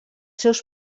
seus